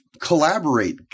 collaborate